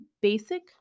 basic